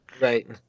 Right